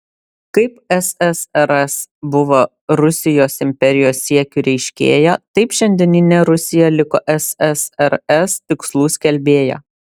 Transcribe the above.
kaip ssrs buvo rusijos imperijos siekių reiškėja taip šiandieninė rusija liko ssrs tikslų skelbėja